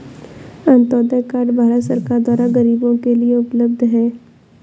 Antyodaya card Bharat सरकार द्वारा गरीबो के लिए उपलब्ध है